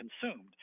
consumed